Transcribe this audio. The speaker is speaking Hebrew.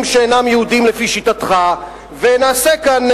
שאינם יהודים לפי שיטתך ונעשה כאן,